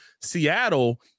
Seattle